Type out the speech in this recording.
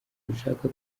dushaka